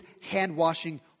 hand-washing